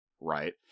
right